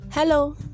Hello